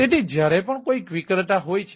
તેથી જ્યારે પણ કોઈ વિક્રેતા હોય છે